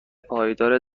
پایدار